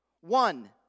One